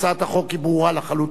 הצעת החוק היא ברורה לחלוטין,